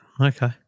Okay